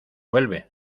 vuelve